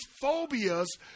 phobias